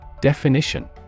Definition